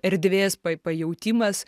erdvės pa pajautimas